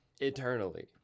eternally